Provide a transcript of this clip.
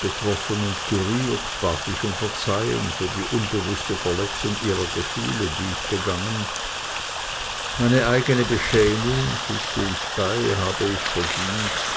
betroffen und gerührt bat ich um verzeihung für die unbewußte verletzung ihrer gefühle die ich begangen meine eigene beschämung fügte ich bei habe ich verdient